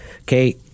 okay